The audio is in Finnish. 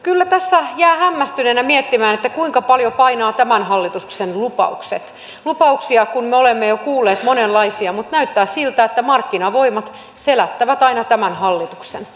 kyllä tässä jää hämmästyneenä miettimään kuinka paljon painavat tämän hallituksen lupaukset lupauksia kun me olemme jo kuulleet monenlaisia mutta näyttää siltä että markkinavoimat selättävät aina tämän hallituksen